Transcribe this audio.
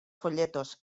folletos